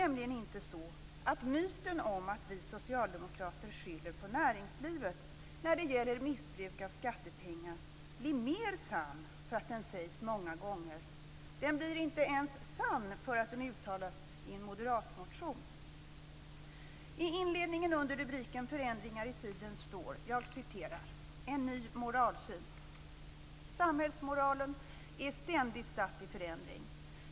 Myten om att vi socialdemokrater skyller på näringslivet när det gäller missbruk av skattepengar blir inte mer sann för att den berättas många gånger. Den blir inte sann ens för att den uttalas i en moderatmotion. I inledningen av rapporten, under rubriken Förändringar i tiden, står det så här: En ny moralsyn. Samhällsmoralen är ständigt satt i förändring.